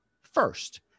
first